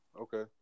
Okay